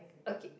okay